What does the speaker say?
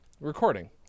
Recording